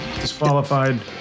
Disqualified